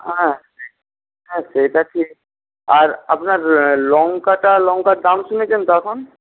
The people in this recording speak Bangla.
হ্যাঁ সেটা ঠিক আর আপনার লঙ্কাটা লঙ্কার দাম শুনেছেন তো এখন